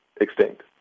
extinct